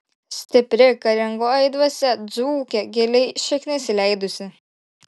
stipri karingoji dvasia dzūke giliai šaknis įleidusi